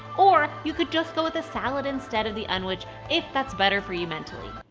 or, you could just go with a salad instead of the unwich if that's better for you mentally.